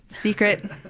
Secret